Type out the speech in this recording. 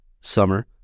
summer